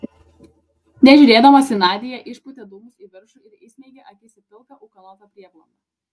nežiūrėdamas į nadią išpūtė dūmus į viršų ir įsmeigė akis į pilką ūkanotą prieblandą